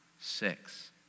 six